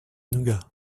nougat